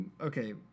okay